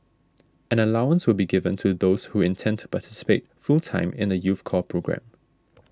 an allowance will be given to those who intend to participate full time in the youth corps programme